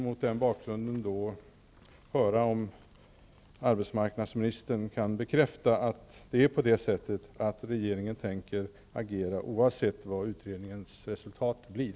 Mot den bakgrunden vill jag höra om arbetsmarknadsministern kan bekräfta att regeringen tänker agera oavsett vad utredningens resultat blir?